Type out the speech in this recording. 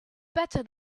better